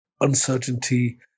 Uncertainty